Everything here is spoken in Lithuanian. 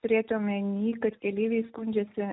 turėti omeny kad keleiviai skundžiasi